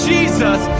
Jesus